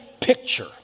picture